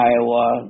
Iowa